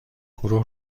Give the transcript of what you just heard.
گروه